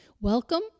Welcome